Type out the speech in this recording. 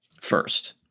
first